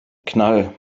knall